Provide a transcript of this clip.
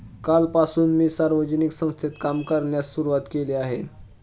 कालपासून मी सामाजिक संस्थेत काम करण्यास सुरुवात केली आहे